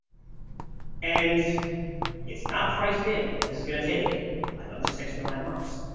and it's not priced in that this is going to take another six to nine months.